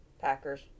Packers